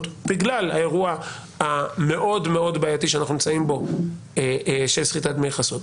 בגלל האירוע המאוד מאוד בעייתי שאנחנו נמצאים בו של סחיטת דמי חסות.